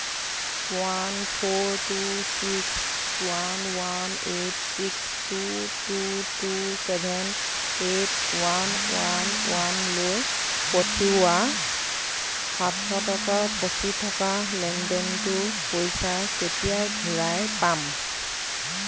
one four two six one one eight six two two two seven eight one one ওৱানলৈ পঠিওৱা সাতশ টকাৰ ফচি থকা লেনদেনটোৰ পইচা কেতিয়া ঘূৰাই পাম